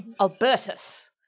Albertus